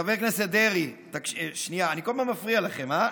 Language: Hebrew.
חבר הכנסת דרעי, שנייה, אני כל פעם מפריע לכם, אה?